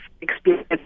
experience